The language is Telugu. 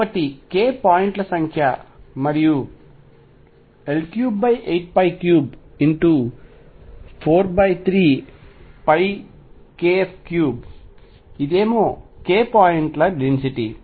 కాబట్టి k పాయింట్ల సంఖ్య మరియు L38343kF3 ఇదేమో k పాయింట్ల డెన్సిటీ